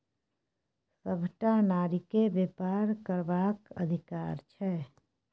सभटा नारीकेँ बेपार करबाक अधिकार छै